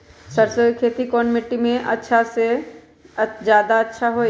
सरसो के खेती कौन मिट्टी मे अच्छा मे जादा अच्छा होइ?